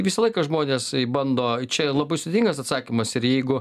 visą laiką žmonės bando čia labai sudėtingas atsakymas ir jeigu